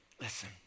Listen